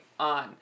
on